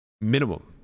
minimum